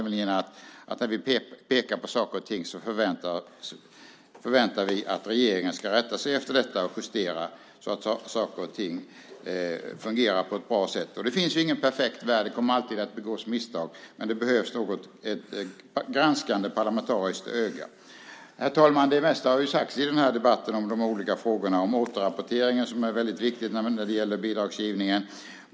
När vi pekar på saker och ting väntar vi oss att regeringen ska rätta sig efter detta och justera så att saker och ting fungerar på ett bra sätt. Det finns ingen perfekt värld. Det kommer alltid att begås misstag, och det behövs nog ett granskande parlamentariskt öga. Herr talman! Det mesta har sagts i den här debatten om de olika frågorna och om återrapporteringen, som är väldigt viktig, men även när det gäller bidragsgivningen.